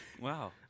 Wow